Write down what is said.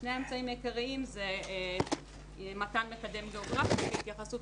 שני האמצעים העיקריים זה מתן מקדם גיאוגרפי בהתייחסות